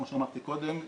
כמו שאמרתי קודם,